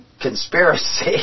conspiracy